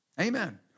Amen